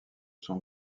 son